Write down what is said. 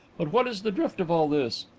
but what is the drift of all this?